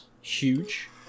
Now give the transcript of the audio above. huge